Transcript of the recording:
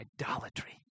Idolatry